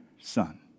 son